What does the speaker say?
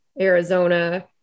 Arizona